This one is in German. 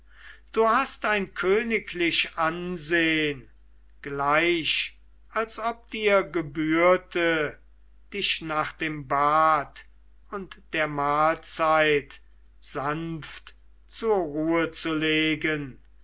du hast ein königlich ansehn gleich als ob dir gebührte dich nach dem bad und der mahlzeit sanft zur ruhe zu legen